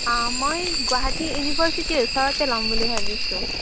মই গুৱাহাটী ইউনিভাৰ্চিটিৰ ওচৰতে ল'ম বুলি ভাবিছোঁ